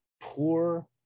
poor